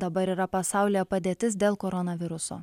dabar yra pasaulyje padėtis dėl koronaviruso